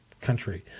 country